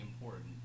important